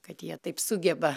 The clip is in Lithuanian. kad jie taip sugeba